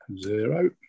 Zero